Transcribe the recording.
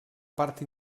part